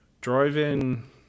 driving